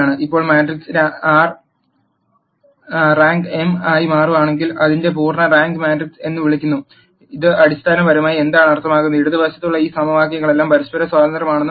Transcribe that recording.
ഇപ്പോൾ മാട്രിക്സിന്റെ rank m ആയി മാറുകയാണെങ്കിൽ അതിനെ പൂർണ്ണ റാങ്ക് മാട്രിക്സ് എന്ന് വിളിക്കുന്നു ഇത് അടിസ്ഥാനപരമായി എന്താണ് അർത്ഥമാക്കുന്നത് ഇടത് വശത്തുള്ള ഈ സമവാക്യങ്ങളെല്ലാം പരസ്പരം സ്വതന്ത്രമാണെന്ന്